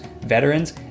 veterans